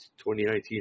2019